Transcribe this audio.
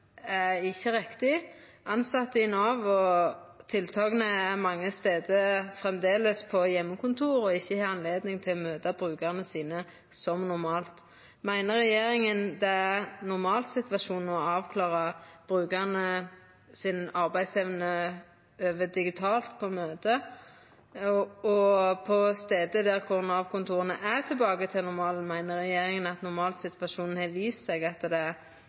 ikkje rett. Tilsette i Nav sit mange stader framleis på heimekontor og har ikkje anledning til å møta brukarane sine som normalt. Meiner regjeringa det er ein normalsituasjon å avklara brukarane sin arbeidsevne over digitale møte? Og på stader der Nav-kontora er tilbake til normalen, meiner regjeringa at normalsituasjonen har vist at det